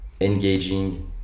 engaging